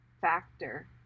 factor